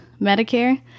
medicare